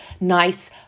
nice